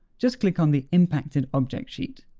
just click on the impacted object sheet.